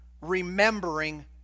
remembering